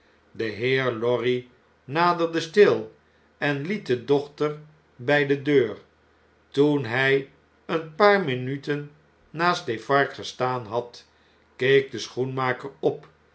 de heer lorry naderde stil en liet de dochter bij de deur toen hn een paar minuten naast defarge gestaan had keek de schoenmaker op